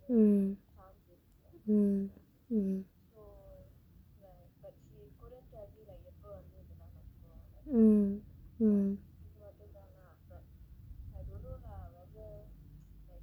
mm mm mm mm mm